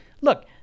look